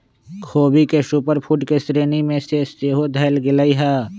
ख़ोबी के super food के श्रेणी में सेहो धयल गेलइ ह